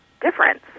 difference